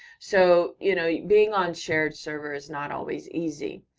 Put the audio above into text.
so, you know, being on shared server's not always easy.